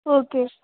okay